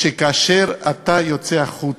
שכאשר אתה יוצא החוצה,